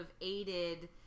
aided